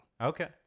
Okay